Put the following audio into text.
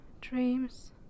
dreams